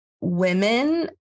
women